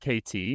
kt